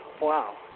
Wow